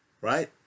Right